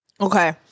Okay